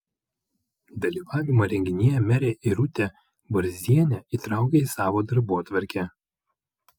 dalyvavimą renginyje merė irutė varzienė įtraukė į savo darbotvarkę